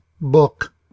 book